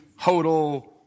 Hodel